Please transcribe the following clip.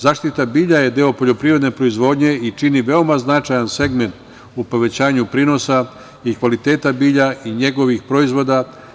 Zaštita bilja je deo poljoprivredne proizvodnje i čini veoma značajan segment u povećanju prinosa i kvaliteta bilja i njegovih proizvoda.